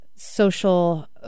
social